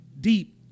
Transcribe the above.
deep